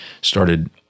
started